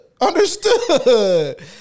Understood